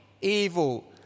evil